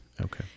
Okay